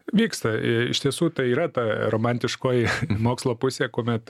vyksta iš tiesų tai yra ta romantiškoji mokslo pusė kuomet